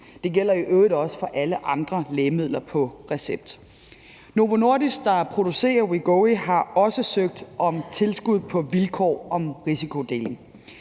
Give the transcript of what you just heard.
Det gælder i øvrigt også for alle andre lægemidler på recept. Kl. 10:08 Novo Nordisk, der producerer Wegovy, har også søgt om tilskud på vilkår om risikodeling.